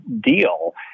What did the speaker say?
deal